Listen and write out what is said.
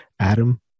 Adam